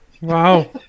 Wow